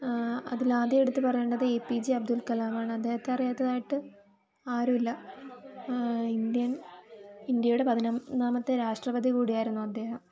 അതിലാദ്യം എടുത്തു പറയേണ്ടത് A P J അബ്ദുൾക്കലാമാണ് അദ്ദേഹത്തെ അറിയാത്തതായിട്ട് ആരുമില്ല ഇന്ത്യൻ ഇന്ത്യയുടെ പതിനൊന്നാമത്തെ രാഷ്ട്രപതി കൂടി ആയിരുന്നു അദ്ദേഹം